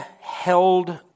held